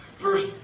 First